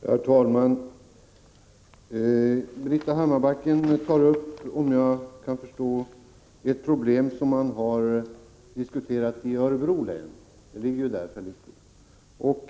Herr talman! Britta Hammarbacken tar upp ett problem som man har diskuterat i Örebro län.